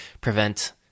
prevent